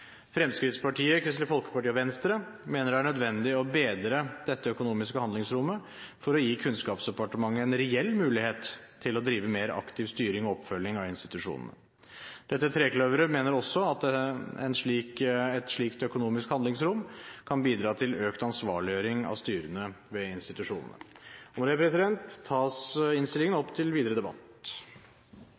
Fremskrittspartiet, Kristelig Folkeparti og Venstre mener det er nødvendig å bedre dette økonomiske handlingsrommet for å gi Kunnskapsdepartementet en reell mulighet til å drive mer aktiv styring og oppfølging av institusjonene. Dette trekløveret mener også at et slikt økonomisk handlingsrom kan bidra til økt ansvarliggjøring av styrene ved